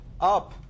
up